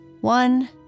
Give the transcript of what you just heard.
One